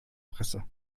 presse